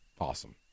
awesome